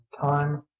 time